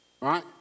right